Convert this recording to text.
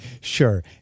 Sure